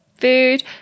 food